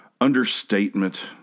understatement